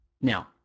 Now